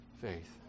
faith